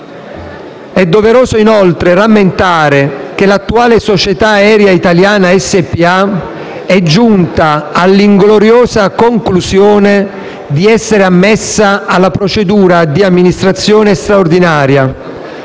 È doveroso inoltre rammentare che l'attuale Società Aerea Italiana SpA è giunta all'ingloriosa conclusione di essere ammessa alla procedura di amministrazione straordinaria,